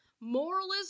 Moralism